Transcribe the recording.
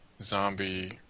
Zombie